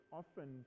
often